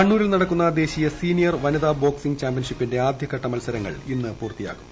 കണ്ണൂരിൽ നടക്കുന്ന ദേശീയ സീനിയർ വനിതാ ബോക്സിംഗ് ചാമ്പ്യൻഷിപ്പിന്റെ ആദ്യഘട്ട മൽസരങ്ങൾ ഇന്ന് പൂർത്തിയാകും